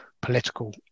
political